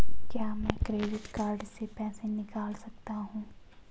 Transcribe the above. क्या मैं credit card से पैसे निकाल सकता हूँ?